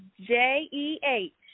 J-E-H